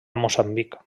moçambic